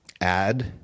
add